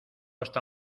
está